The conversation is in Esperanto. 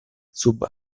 sub